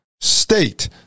state